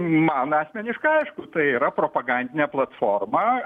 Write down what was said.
man asmeniškai aišku tai yra propagandinė platforma